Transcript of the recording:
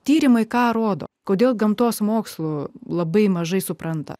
tyrimui ką rodo kodėl gamtos mokslų labai mažai supranta